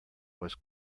was